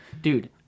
dude